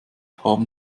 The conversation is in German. haben